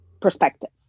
perspective